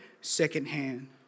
secondhand